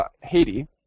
Haiti